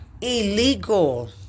Illegal